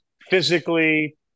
physically